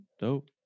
Dope